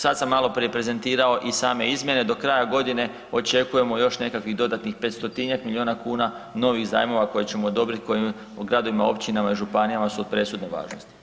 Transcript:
Sad sam maloprije prezentirao i same izmjene, do kraja godine očekujemo još nekakvih dodatnih 500-tinjak milijuna kuna novih zajmova koji ćemo odobriti, koji od gradovima, općinama i županijama su od presudne važnosti.